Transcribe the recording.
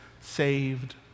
saved